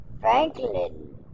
Franklin